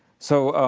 so,